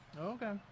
Okay